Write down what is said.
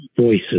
voices